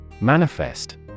Manifest